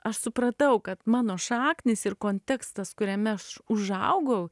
aš supratau kad mano šaknys ir kontekstas kuriame aš užaugau